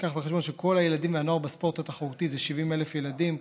קח בחשבון שכל הילדים והנוער בספורט התחרותי זה 70,000 ילדים,